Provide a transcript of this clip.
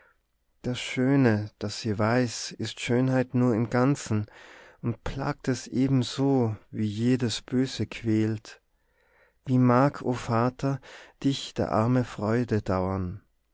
das schöne das sie weiß ist schönheit nur im ganzen und plagt es eben so wie jedes böse quält wie mag o vater dich der arme freude dauern